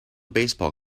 baseball